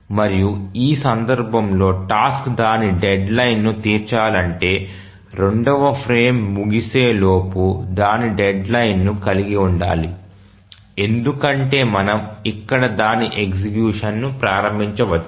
మరియు ఈ సందర్భంలో టాస్క్ దాని డెడ్లైన్ను తీర్చాలంటే రెండవ ఫ్రేమ్ ముగిసే లోపు దాని డెడ్లైన్ను కలిగి ఉండాలి ఎందుకంటే మనం ఇక్కడ దాని ఎగ్జిక్యూషన్ ను ప్రారంభించవచ్చు